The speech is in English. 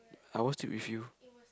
I watched it with you